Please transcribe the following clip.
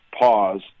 pause